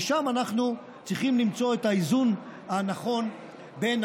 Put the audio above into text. ושם אנחנו צריכים למצוא את האיזון הנכון בין